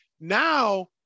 Now